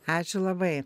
ačiū labai